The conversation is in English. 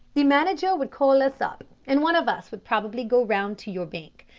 the manager would call us up and one of us would probably go round to your bank.